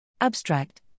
Abstract